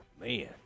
Man